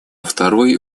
второй